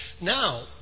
Now